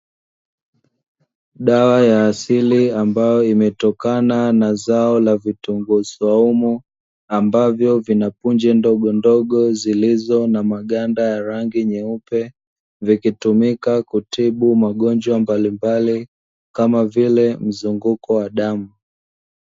Dawa ya asili ambayo imetokana na zao la vitunguu swaumu ambavyo vina punje ndogo ndogo zilizo na maganda ya rangi nyeupe zikitumika kutibu magonjwa mbalimbali kama vile mzunguko wa damu.